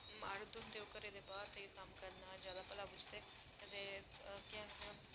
मर्द होंदे ओह् घरै दे बाह्र कम्म करना जादा भला बुझदे ते केह् आखदे